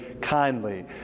kindly